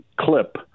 clip